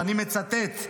ואני מצטט,